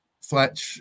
Fletch